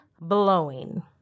blowing